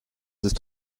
ist